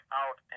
out